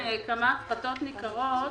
לכמה הפחתות ניכרות.